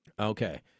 Okay